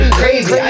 crazy